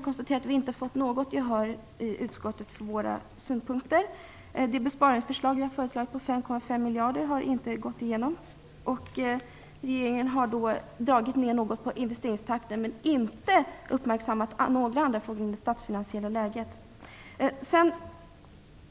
konstatera att vi inte har fått något gehör i utskottet för våra synpunkter. Vårt besparingsförslag på 5,5 miljarder har inte gått igenom. Regeringen har dragit ner något på investeringstakten men inte uppmärksammat några andra frågor än det statsfinansiella läget.